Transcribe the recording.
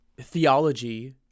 theology